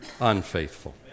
unfaithful